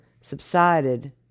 subsided